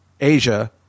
Asia